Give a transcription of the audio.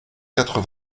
quatre